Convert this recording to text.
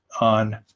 on